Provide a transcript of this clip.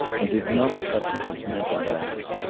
and did not touch on his mental battles,